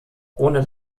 ohne